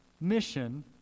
mission